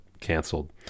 canceled